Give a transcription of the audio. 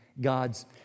God's